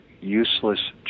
useless